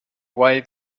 why